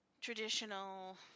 traditional